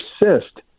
persist